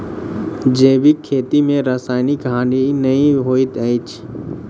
जैविक खेती में रासायनिक हानि नै होइत अछि